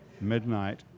midnight